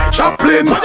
Chaplin